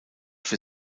für